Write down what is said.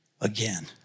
again